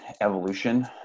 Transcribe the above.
evolution